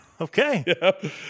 Okay